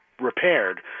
repaired